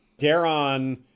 Daron